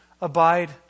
abide